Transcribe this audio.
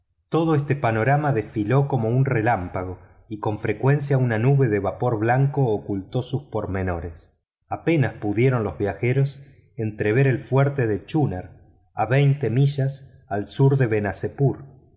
todo este panorama desfiló como un relámpago y con frecuencia una nube de vapor blanco ocultó sus pormenores apenas pudieron los viajeros entrever el fuerte de chunar a veinte millas al sur de benazepur y